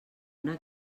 una